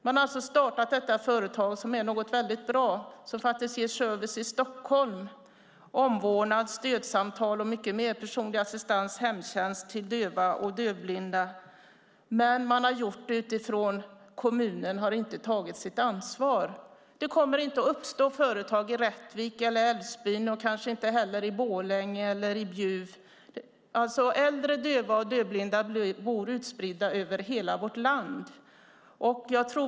Man har alltså startat detta företag som är något väldigt bra och ger service i Stockholm som omvårdnad, stödsamtal och mycket mer som personlig assistans och hemtjänst till döva och dövblinda. Men man har gjort det utifrån att kommunen inte har tagit sitt ansvar. Det kommer inte att uppstå företag i Rättvik och Älvsbyn och kanske heller inte i Borlänge och Bjuv. Äldre döva och dövblinda bor utspridda i hela vårt land.